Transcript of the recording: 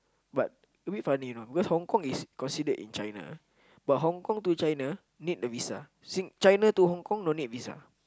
but a bit funny you know because Hong-Kong is considered in China but Hong-Kong to China need a visa Sing China to Hong-Kong no need visa